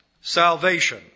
salvation